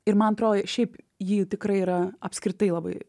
ir man atro šiaip jį tikrai yra apskritai labai